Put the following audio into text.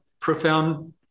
profound